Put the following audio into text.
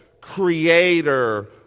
creator